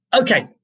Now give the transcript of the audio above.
Okay